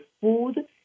food